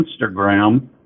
Instagram